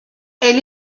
elle